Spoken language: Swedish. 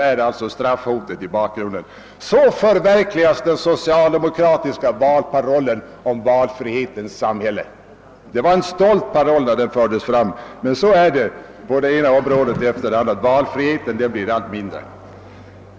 På det sättet förverkligas den socialdemokratiska valparollen om vaifrihetens samhälle. Det var en stolt paroll när den fördes fram, men så blir det på det ena området efter det andra: valfriheten blir allt mindre .